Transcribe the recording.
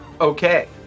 Okay